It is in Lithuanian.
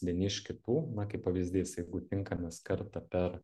vieni iš kitų na kaip pavyzdys jeigu tinkamas kartą per